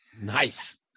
Nice